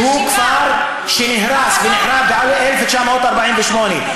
שהוא כפר שנהרס ב-1948,